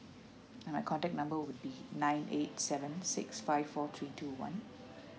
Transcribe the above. my contact number would be nine eight seven six five four three two one